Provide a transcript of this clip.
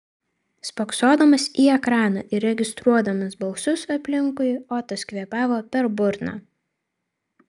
spoksodamas į ekraną ir registruodamas balsus aplinkui otas kvėpavo per burną